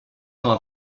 temps